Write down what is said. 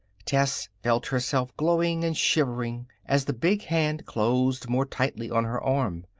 tess felt herself glowing and shivering as the big hand closed more tightly on her arm.